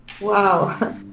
Wow